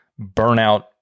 burnout